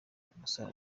umusore